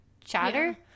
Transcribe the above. chatter